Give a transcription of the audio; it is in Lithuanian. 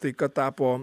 taika tapo